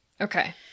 Okay